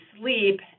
sleep